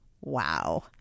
wow